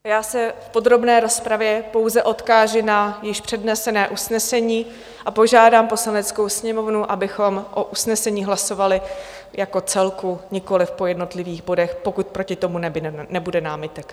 Já se v podrobné rozpravě pouze odkážu na již přednesené usnesení a požádám Poslaneckou sněmovnu, abychom o usnesení hlasovali jako celku, nikoliv po jednotlivých bodech, pokud proti tomu nebude námitek.